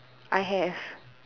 I have